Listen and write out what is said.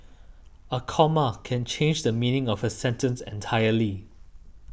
a comma can change the meaning of a sentence entirely